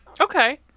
Okay